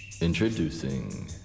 Introducing